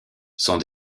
sont